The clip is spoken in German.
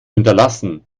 hinterlassen